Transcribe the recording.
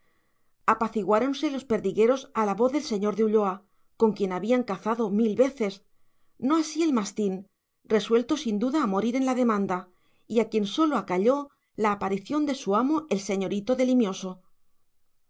edad apaciguáronse los perdigueros a la voz del señor de ulloa con quien habían cazado mil veces no así el mastín resuelto sin duda a morir en la demanda y a quien sólo acalló la aparición de su amo el señorito